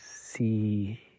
see